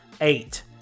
Eight